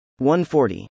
140